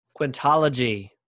Quintology